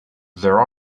there